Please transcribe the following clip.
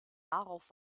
darauf